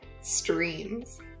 Streams